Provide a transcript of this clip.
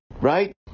right